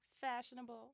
fashionable